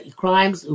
crimes